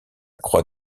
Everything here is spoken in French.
croix